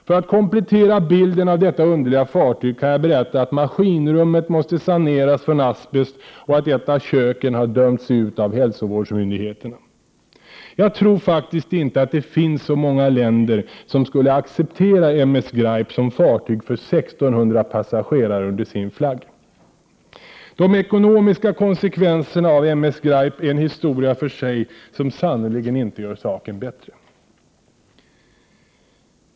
För att komplettera bilden av detta underliga fartyg kan jag berätta att maskinrummet måste saneras från asbest och att ett av köken dömts ut av hälsovårdsmyndigheterna. Jag tror faktiskt inte att det finns så många länder som skulle acceptera M S Graip är en historia för sig som sannerligen inte gör saken bättre.